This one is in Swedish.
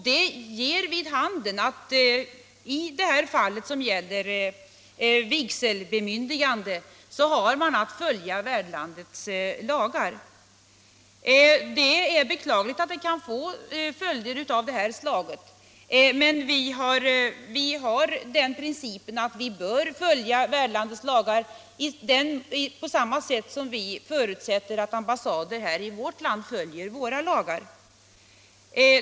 Den ger vid handen att man i det här fallet, som gäller vigselbemyndigande, har att följa värdlandets lagar. Det är beklagligt att det kan få följder av detta slag, men vi har den principen att vi bör följa värdlandets lagar på samma sätt som vi förutsätter att ambassader här i vårt land följer våra lagar.